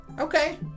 Okay